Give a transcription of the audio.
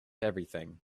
everything